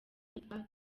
yitwa